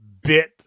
bit